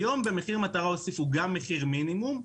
היום במחיר מטרה הוסיפו גם מחיר מינימום,